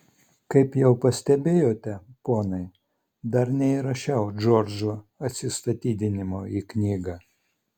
kaip jau pastebėjote ponai dar neįrašiau džordžo atsistatydinimo į knygą